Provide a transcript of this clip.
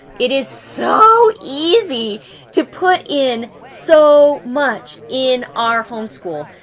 it is so easy to put in so much in our homeschool.